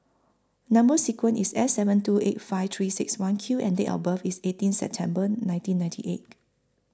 Number sequence IS S seven two eight five three six one Q and Date of birth IS eighteen September nineteen ninety eight